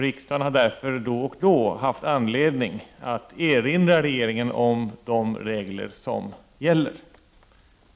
Riksdagen har därför då och då haft anledning att erinra regeringen om de regler som gäller.